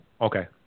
Okay